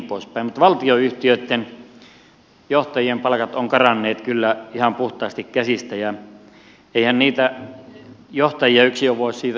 mutta valtionyhtiöitten johtajien palkat ovat karanneet kyllä ihan puhtaasti käsistä ja eihän niitä johtajia yksin voi siitä syyttää